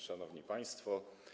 Szanowni Państwo!